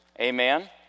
Amen